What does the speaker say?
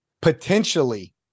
potentially